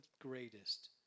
greatest